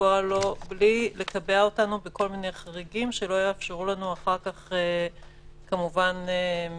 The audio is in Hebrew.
בלי לקבע אותנו בכל מיני חריגים שלא יאפשרו לנו אחר כך לחרוג מזה.